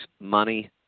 money